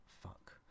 fuck